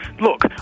look